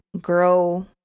grow